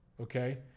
okay